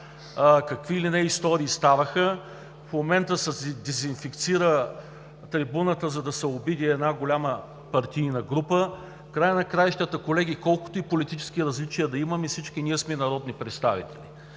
какви ли не истории ставаха, в момента се дезинфекцира трибуната, за да се обиди една голяма партийна група. В края на краищата, колеги, колкото и политически различия да имаме, всички ние сме народни представители.